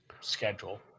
schedule